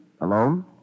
Alone